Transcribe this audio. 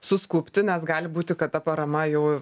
suskubti nes gali būti kad ta parama jau